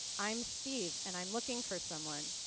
i'm steve and i'm looking for someone.